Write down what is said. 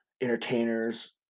entertainers